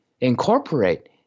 incorporate